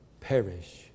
perish